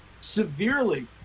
severely